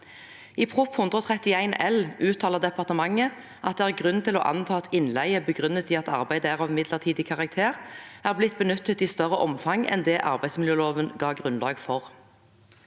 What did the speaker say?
(2021– 2022) uttaler departementet at det er grunn til å anta at innleie begrunnet i at arbeidet er av midlertidig karakter er blitt benyttet i større omfang enn det arbeidsmiljøloven ga grunnlag for